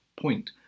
point